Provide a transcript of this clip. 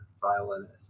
violinist